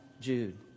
Jude